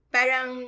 Parang